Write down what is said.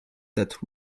that